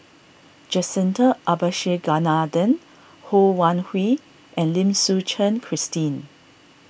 Jacintha Abisheganaden Ho Wan Hui and Lim Suchen Christine